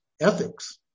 ethics